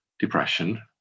Depression